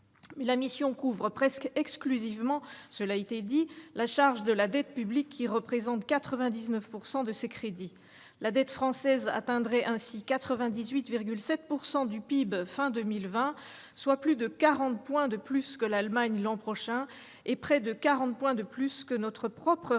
mission couvre presque exclusivement la charge de la dette publique, qui représente 99 % de ses crédits. La dette française atteindrait ainsi 98,7 % du PIB à la fin 2020, soit plus de 40 points de plus que l'Allemagne l'an prochain et près de 40 points de plus que notre propre ratio